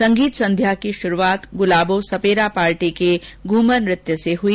संगीत संध्या की शुरूआत गुलाबो सपेरा पार्टी के घूमर नृत्य से हुई